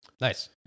Nice